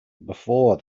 before